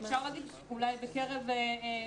אפשר להגיד אולי בקרב בנות,